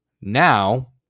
Now